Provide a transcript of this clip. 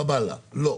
עלא הבאב אללה, לא,